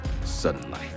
sunlight